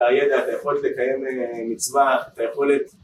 ‫הידע, אתה יכול לקיים אה מצווה, ‫את היכולת...